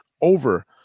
over